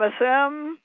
MSM